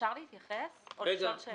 זאת אומרת,